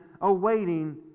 awaiting